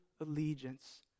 allegiance